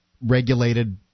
regulated